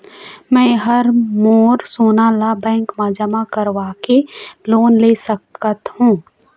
मैं हर मोर सोना ला बैंक म जमा करवाके लोन ले सकत हो?